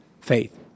faith